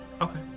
Okay